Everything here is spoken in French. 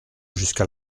jusqu’à